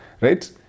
right